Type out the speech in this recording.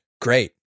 Great